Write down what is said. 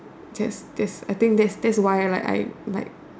just just I think that's why I like